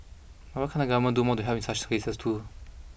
but why can't the government do more to help in such cases too